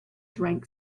drank